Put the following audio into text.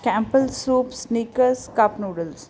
ਕੈਂਪਲ soups Snickers cup noodles